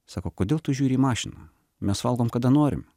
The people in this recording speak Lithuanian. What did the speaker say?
sako kodėl tu žiūri į mašiną mes valgom kada norim